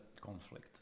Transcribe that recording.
conflict